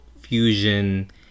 fusion